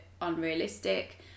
unrealistic